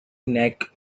neck